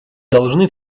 должны